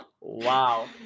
Wow